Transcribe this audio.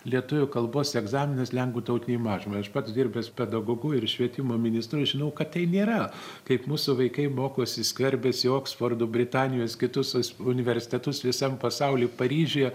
lietuvių kalbos egzaminas lenkų tautinei mažumai aš pats dirbęs pedagogu ir švietimo ministru ir žinau kad tai nėra kaip mūsų vaikai mokosi skverbiasi į oksfordo britanijos kitus universitetus visam pasauly paryžiuje